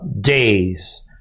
days